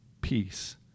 peace